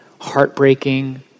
heartbreaking